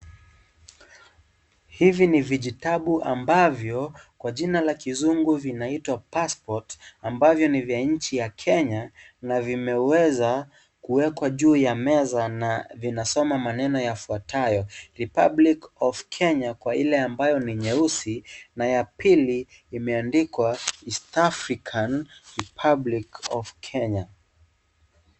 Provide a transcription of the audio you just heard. Hivi ni vijitabu ambavyo kwa jina la kizungu zinaitwa (cs) passport (cs) ambovyo ni vya nchi ya Kenya na vimeweza kuwekwa juu ya meza na vinasoma maneno yafuatayo Republic Of Kenya kwa ile ambayo ni nyeusi na ya pili imeandikwa East African Repulic Of Kenya.